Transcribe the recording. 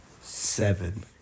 Seven